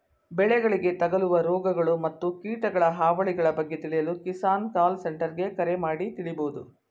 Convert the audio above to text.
ಬೆಳೆಗಳಿಗೆ ತಗಲುವ ರೋಗಗಳು ಮತ್ತು ಕೀಟಗಳ ಹಾವಳಿಗಳ ಬಗ್ಗೆ ತಿಳಿಯಲು ಕಿಸಾನ್ ಕಾಲ್ ಸೆಂಟರ್ಗೆ ಕರೆ ಮಾಡಿ ತಿಳಿಬೋದು